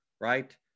right